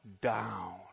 down